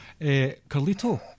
Carlito